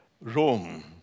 Rome